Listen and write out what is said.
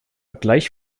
gleich